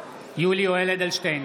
בהצבעה יולי יואל אדלשטיין,